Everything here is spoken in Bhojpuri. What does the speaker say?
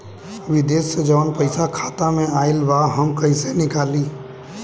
विदेश से जवन पैसा खाता में आईल बा हम कईसे निकाली?